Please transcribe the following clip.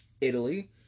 italy